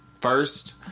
First